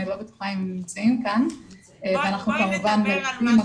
אני לא בטוחה שהם נמצאים כאן --- בואי נדבר על מה